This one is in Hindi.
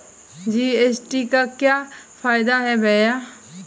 जी.एस.टी का क्या फायदा है भैया?